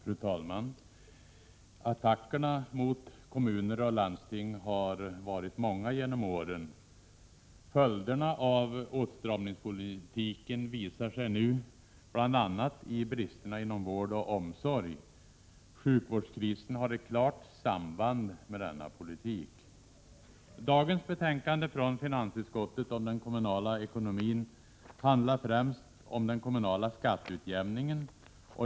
Fru talman! Attackerna mot kommuner och landsting har varit många genom åren. Följderna av åtstramningspolitiken visar sig nu, bl.a. i bristerna inom vård och omsorg. Sjukvårdskrisen har ett klart samband med denna politik. Dagens betänkande från finansutskottet om den kommunala ekonomin handlar främst om den kommunala skatteutjämningen.